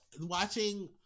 watching